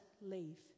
leave